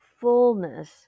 fullness